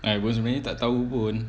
I was many tak tahu pun